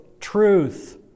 Truth